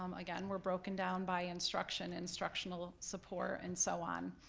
um again, were broken down by instruction, instructional support, and so on.